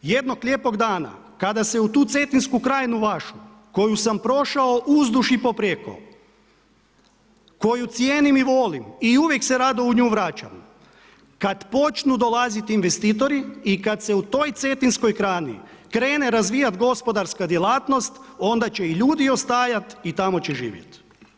Jednog lijepog dana kada se u tu Cetinsku krajinu vašu koju sam prošao uzduž i poprijeko, koju cijenim i volim i uvijek se rado u nju vraćam, kada počnu dolaziti investitori i kada se u toj Cetinskoj krajini krene razvijati gospodarska djelatnost onda će i ljudi ostajat i tamo će živjet.